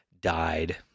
died